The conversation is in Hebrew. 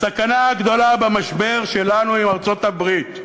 הסכנה הגדולה היא במשבר שלנו עם ארצות-הברית.